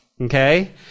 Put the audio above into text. okay